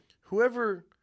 whoever